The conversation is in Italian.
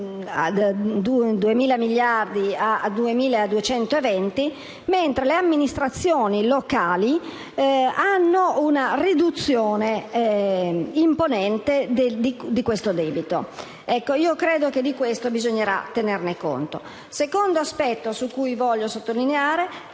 a 2.220 miliardi di euro, le amministrazioni locali registrano una riduzione imponente di questo debito. Credo che di questo bisognerà tener conto. Il secondo aspetto che voglio sottolineare